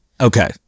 Okay